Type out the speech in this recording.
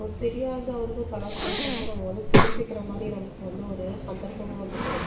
ஒரு தெரியாத வந்து கலாச்சாரத்தை வந்து நாங்கள் வந்து தெரிஞ்சிக்கிற மாதிரி நமக்கு வந்து ஒரு சந்தர்ப்பமும் வந்து கிடைக்கும்